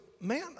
man